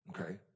okay